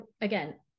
again